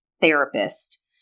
therapist